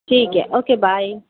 ਠੀਕ ਹੈ okay bye